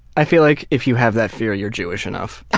i feel like if you have that fear, you're jewish enough.